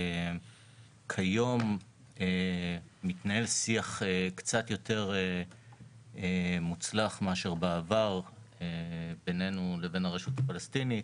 כיום מתנהל שיח קצת יותר מוצלח מאשר בעבר בנינו לבין הרשות הפלסטינית.